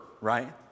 right